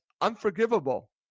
unforgivable